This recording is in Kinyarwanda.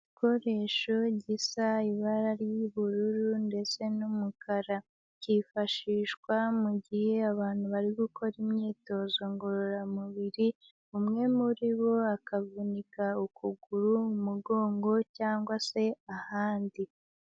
Igikoresho gisa ibara ry'ubururu ndetse n'umukara, kifashishwa mu gihe abantu bari gukora imyitozo ngororamubiri, umwe muri bo akavunika ukuguru, umugongo cyangwa se ahandi.